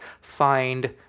find